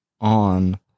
on